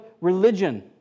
religion